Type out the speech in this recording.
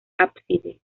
ábside